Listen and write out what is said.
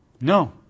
No